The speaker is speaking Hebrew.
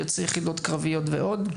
יוצאי יחידות קרביות ועוד.